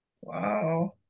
Wow